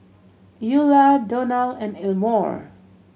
Eula Donal and Elmore